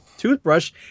toothbrush